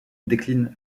décline